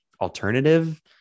alternative